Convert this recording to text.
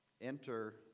Enter